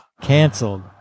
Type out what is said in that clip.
Canceled